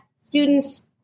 students